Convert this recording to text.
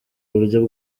buryo